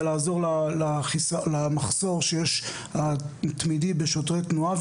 לעזור למחסור התמידי שיש בשוטרי תנועה,